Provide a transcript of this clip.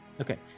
Okay